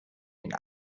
den